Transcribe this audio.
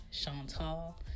Chantal